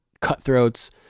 cutthroats